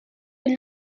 fait